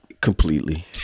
Completely